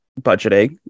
budgeting